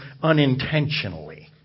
unintentionally